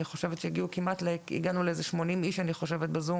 אני חושבת שהגענו כמעט ל-80 אנשים בזום.